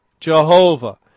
Jehovah